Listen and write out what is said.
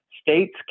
states